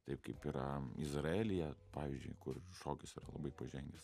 taip kaip yra izraelyje pavyzdžiui kur šokis yra labai pažengęs